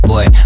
Boy